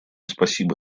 спасибо